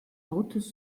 autos